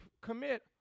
commit